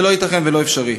זה לא ייתכן ולא אפשרי.